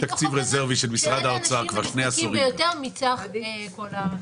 מתוך הבנה שאלה האנשים הנזקקים ביותר מסך כל ---.